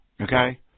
Okay